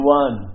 one